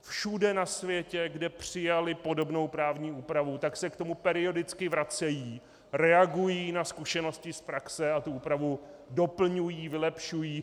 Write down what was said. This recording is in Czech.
Všude na světě, kde přijali podobnou právní úpravu, se k tomu periodicky vracejí, reagují na zkušenosti z praxe a tu úpravu doplňují, vylepšují.